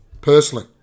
Personally